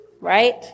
right